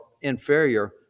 inferior